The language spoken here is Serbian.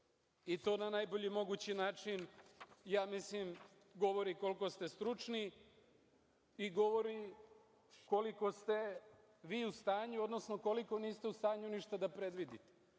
To na najbolji mogući način govori koliko ste stručni i govori koliko ste vi u stanju, odnosno koliko niste u stanju ništa da previdite.